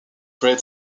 bread